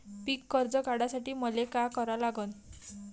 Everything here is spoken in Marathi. पिक कर्ज काढासाठी मले का करा लागन?